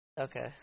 Okay